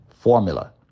Formula